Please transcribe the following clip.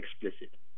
explicit